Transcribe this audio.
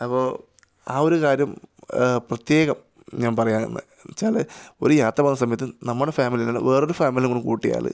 അപ്പോൾ ആ ഒരു കാര്യം പ്രത്യേകം ഞാന് പറയുകയെന്നു വെച്ചാൽ ഒരു യാത്ര പോകുന്ന സമയത്ത് നമ്മുടെ ഫാമിലിയിലുള്ള വേറൊരു ഫാമിലിയും കൂടെ കൂട്ടിയാൽ